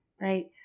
right